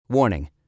Warning